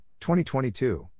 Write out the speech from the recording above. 2022